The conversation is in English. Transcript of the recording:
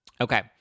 Okay